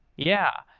yeah.